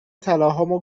طلاهامو